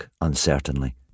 uncertainly